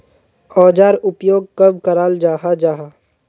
औजार उपयोग कब कराल जाहा जाहा?